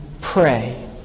pray